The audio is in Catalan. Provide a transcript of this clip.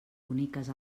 boniques